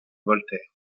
voltaire